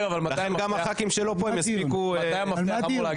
לכן, גם הח"כים שלא פה, הם יספיקו להגיע.